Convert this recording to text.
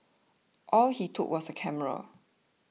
all he took was a camera